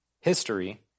history